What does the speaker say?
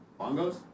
Bongos